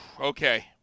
Okay